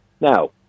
Now